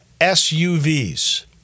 SUVs